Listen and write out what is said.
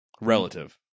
Relative